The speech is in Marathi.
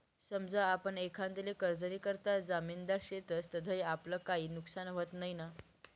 समजा आपण एखांदाले कर्जनीकरता जामिनदार शेतस तधय आपलं काई नुकसान व्हत नैना?